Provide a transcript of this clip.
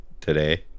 today